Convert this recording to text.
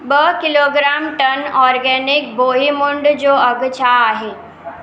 ॿ kilogram tonne organic बोहीमुङ जो अघु छा आहे